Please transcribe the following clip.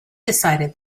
decided